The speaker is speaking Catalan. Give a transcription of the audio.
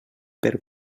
per